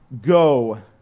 Go